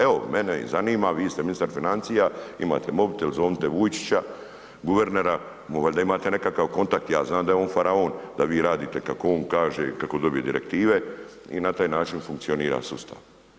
Evo, mene zanima, vi ste ministar financija, imate mobitel, zovnite Vujčića, guvernera, valjda imate nekakav kontakt, ja znam da je on faraon, da vi radite kako on kaže i kako dobije direktive i na taj način funkcionira sustav.